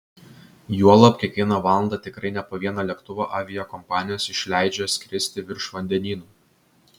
juolab kiekvieną valandą tikrai ne po vieną lėktuvą aviakompanijos išleidžia skirsti virš vandenynų